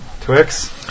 Twix